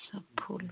सब फूल